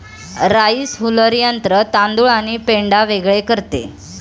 rice huller यंत्र तांदूळ आणि पेंढा वेगळे करते